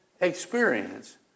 experience